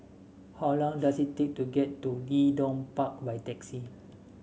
how long does it take to get to Leedon Park by taxi